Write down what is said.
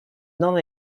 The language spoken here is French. non